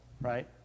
right